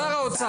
שר האוצר.